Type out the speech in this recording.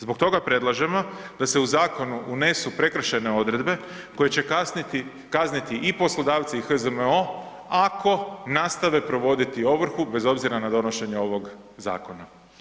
Zbog toga predlažemo da se u zakon unesu prekršajne odredbe koje će kazniti i poslodavce i HZMO ako nastave provoditi ovrhu bez obzira na donošenje ovog zakona.